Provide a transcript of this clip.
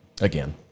again